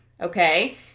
okay